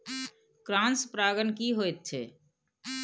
Cross परागण की होयत छै?